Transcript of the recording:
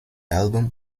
album